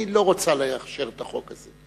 אני לא רוצה להכשיר את החוק הזה.